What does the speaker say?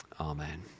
Amen